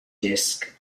disk